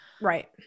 Right